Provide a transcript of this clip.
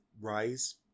rise